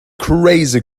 crazy